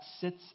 sits